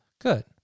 Good